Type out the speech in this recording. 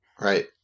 Right